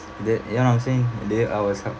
the you know what I'm saying they when I was helped